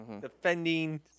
defending